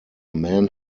man